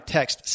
Text